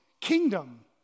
kingdom